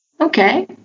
Okay